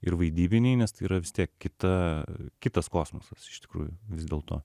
ir vaidybiniai nes tai yra vis tiek kitą kitas kosmosas iš tikrųjų vis dėlto